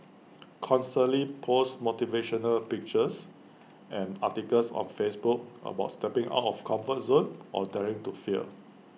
constantly post motivational pictures and articles on Facebook about stepping out of comfort zone or daring to fail